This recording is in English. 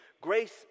grace